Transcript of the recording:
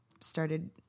started